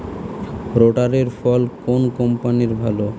রোটারের ফল কোন কম্পানির ভালো?